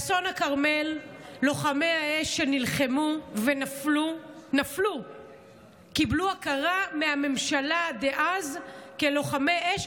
באסון הכרמל לוחמי האש שנלחמו ונפלו קיבלו הכרה מהממשלה דאז כלוחמי אש,